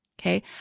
Okay